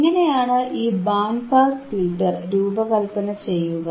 എങ്ങനെയാണ് ഈ band pass filter രൂപകല്പന ചെയ്യുക